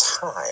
Time